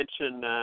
mentioned